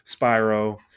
Spyro